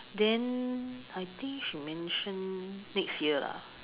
then I think she mention next year lah